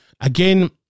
Again